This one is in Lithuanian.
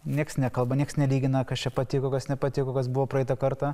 nieks nekalba nieks nelygina kas čia patiko kas nepatiko kas buvo praeitą kartą